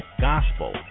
gospel